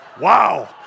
Wow